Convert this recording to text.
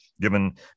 given